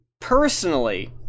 personally